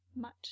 much